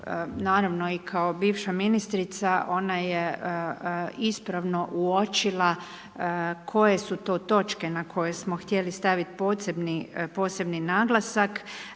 naravno i kao bivša ministrica ona je ispravno uočila koje su to točke na koje smo htjeli staviti posebni naglasak,